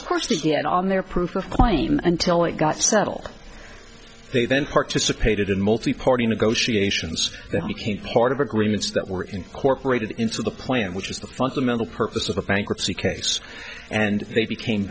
of course to get on their proof of claim until it got settle they then participated in multi party negotiations that became part of agreements that were incorporated into the plan which is the fundamental purpose of a bankruptcy case and they became